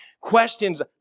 questions